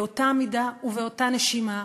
באותה מידה ובאותה נשימה,